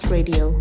Radio